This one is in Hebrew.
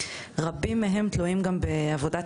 רבים מהם תלויים גם בהתנדבות,